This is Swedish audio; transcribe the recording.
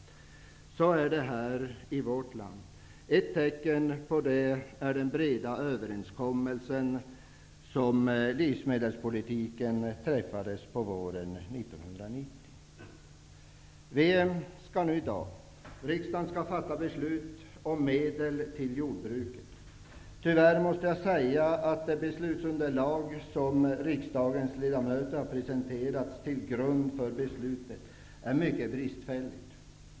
Så är det också här i vårt land. Ett tecken på det är den breda överenskommelse om livsmedelspolitiken som träffades våren 1990. Riksdagen skall i dag fatta beslut om medel till jordbruket. Tyvärr måste jag säga att det beslutsunderlag som riksdagens ledamöter har presenterats till grund för beslutet är mycket bristfälligt.